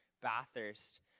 Bathurst